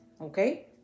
okay